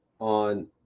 on